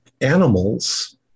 animals